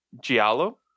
giallo